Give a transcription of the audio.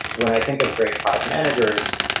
when i think of great product managers,